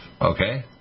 Okay